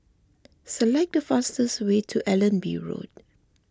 select the fastest way to Allenby Road